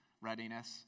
readiness